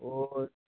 ও